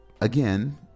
again